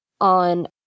on